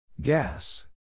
Gas